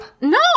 No